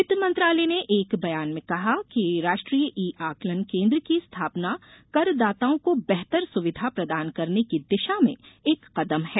वित्त मंत्रालय ने एक बयान में कहा है कि राष्ट्रीय ई आकलन केन्द्र की स्थापना कर दाताओं को बेहतर सुविधा प्रदान करने की दिशा में एक कदम है